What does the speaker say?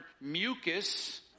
mucus